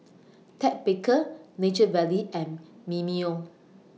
Ted Baker Nature Valley and Mimeo